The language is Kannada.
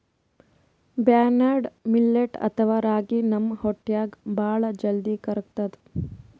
ಬರ್ನ್ಯಾರ್ಡ್ ಮಿಲ್ಲೆಟ್ ಅಥವಾ ರಾಗಿ ನಮ್ ಹೊಟ್ಟ್ಯಾಗ್ ಭಾಳ್ ಜಲ್ದಿ ಕರ್ಗತದ್